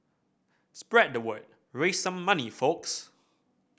spread the word raise some money folks